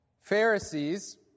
Pharisees